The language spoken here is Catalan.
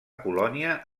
colònia